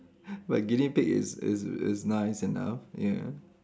like guinea pig is is is nice enough ya